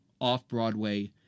off-Broadway